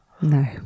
No